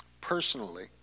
personally